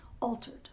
altered